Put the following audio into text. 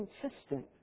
consistent